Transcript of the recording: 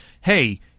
hey